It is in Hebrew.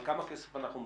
על כמה כסף אנחנו מדברים?